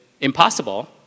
impossible